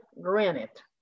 granite